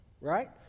right